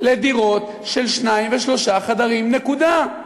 לדירות של שניים ושלושה חדרים, נקודה.